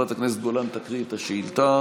חברת הכנסת גולן תקריא את השאילתה,